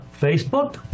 Facebook